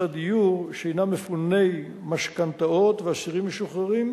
הדיור שהינם מפוני משכנתאות ואסירים משוחררים,